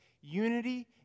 Unity